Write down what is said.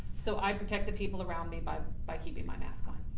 so i protect the people around me by by keeping my mask on.